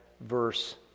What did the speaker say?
verse